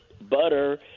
butter